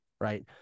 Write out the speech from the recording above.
Right